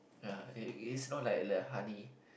uh is is not like the honey